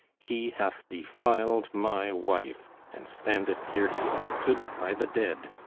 he hath defiled my wife and standeth here convicted by the dead,